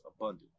abundant